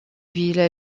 ville